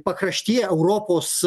pakraštyje europos